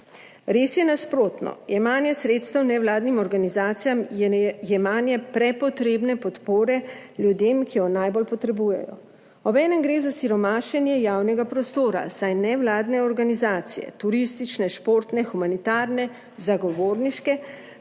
Res je nasprotno. Jemanje sredstev nevladnim organizacijam je jemanje prepotrebne podpore ljudem, ki jo najbolj potrebujejo. Obenem gre za siromašenje javnega prostora, saj nevladne organizacije turistične, športne, humanitarne, zagovorniške